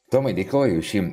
tomai dėkoju už šį